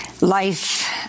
life